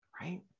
right